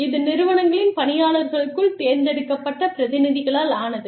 இது நிறுவனங்களின் பணியாளர்களுக்குள் தேர்ந்தெடுக்கப்பட்ட பிரதிநிதிகளால் ஆனது